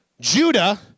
Judah